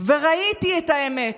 וראיתי את האמת,